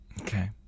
Okay